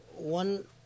One